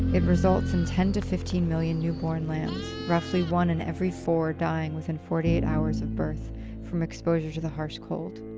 it results in ten fifteen million newborn lambs roughly one in every four dying within forty eight hours of birth from exposure to the harsh cold.